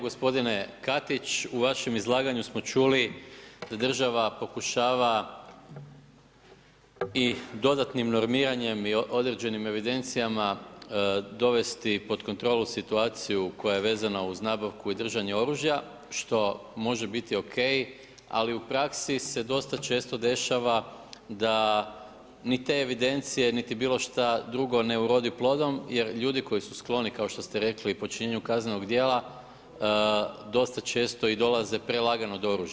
Gospodine Katić u vašem izlaganju smo čuli da država pokušava i dodatnim normiranjem i određenim evidencijama dovesti pod kontrolu situaciju koja je vezana uz nabavku i držanje oružja što može biti O.K. ali u praksi se dosta često dešava da niti te evidencije niti bilo šta drugo ne urodi plodom, jer ljudi koji su skloni kao što ste rekli počinjenju kaznenih djela dosta često i dolaze prelagano do oružja.